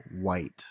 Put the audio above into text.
white